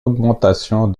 augmentation